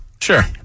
Sure